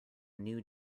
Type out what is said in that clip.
new